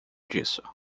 disso